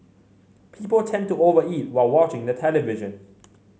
people tend to over eat while watching the television